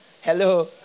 Hello